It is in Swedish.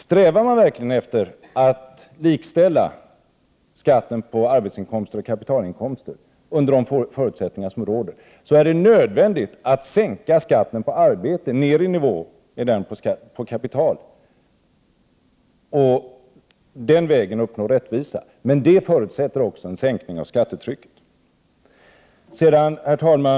Strävar man verkligen efter att likställa skatten på arbetsinkomster med skatten på kapitalinkomster under de förutsättningar som råder blir det nödvändigt att sänka skatten på arbete till samma nivå som skatten på kapital och på den vägen uppnå rättvisa. Det förutsätter emellertid också en sänkning av skattetrycket. Herr talman!